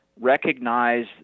recognize